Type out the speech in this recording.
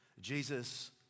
Jesus